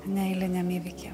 neeiliniam įvyky